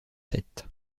sept